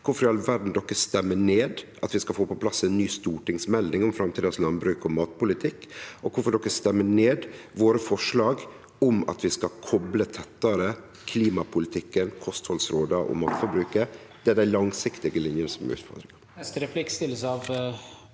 Kvifor i all verda stemmer de ned at vi skal få på plass ei ny stortingsmelding om framtidas landbruk og matpolitikk, og kvifor stemmer de ned våre forslag om at vi skal kople klimapolitikken, kosthaldsråda og matforbruket tettare? Det er dei langsiktige linjene som er utfordringa.